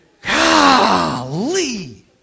Golly